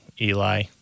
eli